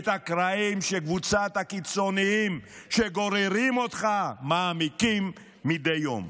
את הקרעים שקבוצת הקיצונים שגוררים אותך מעמיקים מדי יום.